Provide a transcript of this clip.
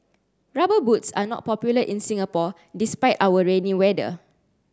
rubber boots are not popular in Singapore despite our rainy weather